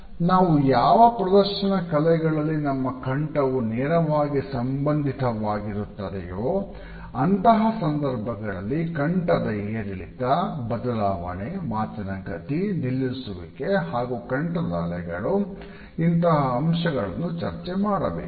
ನಾವು ಯಾವ ಪ್ರದರ್ಶನ ಕಲೆಗಳಲ್ಲಿ ನಮ್ಮ ಕಂಠವು ನೇರವಾಗಿ ಸಂಬಂಧಿತವಾಗಿರುತ್ತದೆಯೋ ಅಂತಹ ಸಂದರ್ಭಗಳಲ್ಲಿ ಕಂಠದ ಏರಿಳಿತ ಬದಲಾವಣೆ ಮಾತಿನ ಗತಿ ನಿಲ್ಲಿಸುವಿಕೆ ಹಾಗೂ ಕಂಠದ ಅಲೆಗಳು ಇಂತಹ ಅಂಶಗಳನ್ನು ಚರ್ಚೆ ಮಾಡಬೇಕು